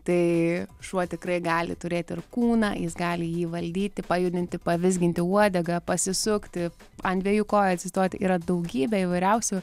tai šuo tikrai gali turėti ir kūną jis gali jį valdyti pajudinti pavizginti uodegą pasisukti ant dviejų kojų atsistoti yra daugybė įvairiausių